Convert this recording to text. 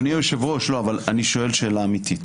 אדוני היושב-ראש, אני שואל שאלה אמיתית.